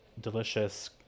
delicious